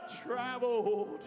traveled